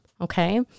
okay